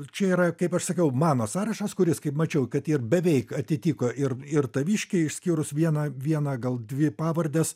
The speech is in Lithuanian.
čia yra kaip aš sakiau mano sąrašas kuris kaip mačiau kad ir beveik atitiko ir ir taviškį išskyrus vieną vieną gal dvi pavardes